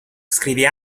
scrive